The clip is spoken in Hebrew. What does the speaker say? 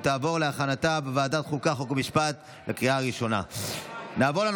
ותעבור להכנתה לקריאה הראשונה לוועדת החוקה,